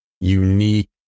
unique